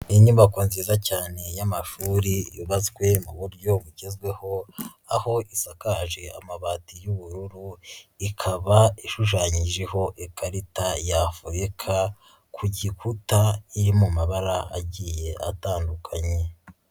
Inyubako nziza cyane y'amashuri yubatswe mu buryo bugezweho, aho isakaje amabati y'ubururu, ikaba ishushanyijeho ikarita y'Afurika, ku gikuta iri mu mabara agiye atandukanye.